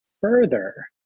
further